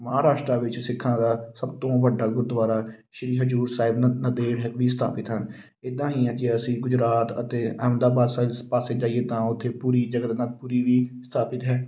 ਮਹਾਰਾਸ਼ਟਰ ਵਿੱਚ ਸਿੱਖਾਂ ਦਾ ਸਭ ਤੋਂ ਵੱਡਾ ਗੁਰਦੁਆਰਾ ਸ਼੍ਰੀ ਹਜ਼ੂਰ ਸਾਹਿਬ ਨ ਨਾਂਦੇੜ ਹੈ ਵੀ ਸਥਾਪਿਤ ਹਨ ਇੱਦਾਂ ਹੀ ਜੇ ਅਸੀਂ ਗੁਜਰਾਤ ਅਤੇ ਅਹਿਮਦਾਬਾਦ ਸਾਈਡ ਪਾਸੇ ਜਾਈਏ ਤਾਂ ਉੱਥੇ ਪੂਰੀ ਜਗਨ ਨਾਥਪੁਰੀ ਵੀ ਸਥਾਪਿਤ ਹੈ